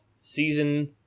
season